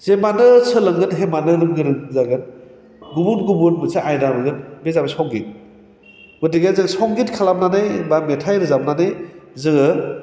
जिमानो सोलोंगोन हेमानो नों गोरों जागोन गुबुन गुबुन मोनसे आयदा मोनगोन बे जाबाय संगित गथिके जों संगित खालामनानै बा मेथाइ रोजाबनानै जोङो